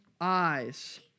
eyes